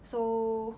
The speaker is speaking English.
so